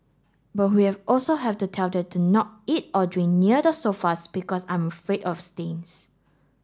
but we have also have to tell them to not eat or drink near the sofas because I'm afraid of stains